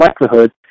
likelihood